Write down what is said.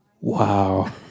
wow